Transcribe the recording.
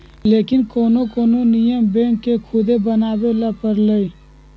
लेकिन कोनो कोनो नियम बैंक के खुदे बनावे ला परलई